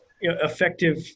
Effective